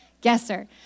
guesser